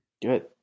Good